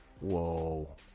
Whoa